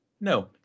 no